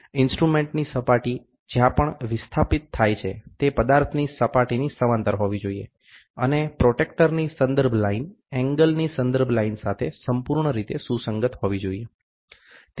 ઇન્સ્ટ્રુમેન્ટની સપાટી જ્યાં પણ વિસ્થાપિત થાય છે તે પદાર્થની સપાટીની સમાંતર હોવી જોઈએ અને પ્રોટ્રેક્ટરની સંદર્ભ લાઇન એંગલની સંદર્ભ લાઇન સાથે સંપૂર્ણ રીતે સુસંગત હોવી જોઈએ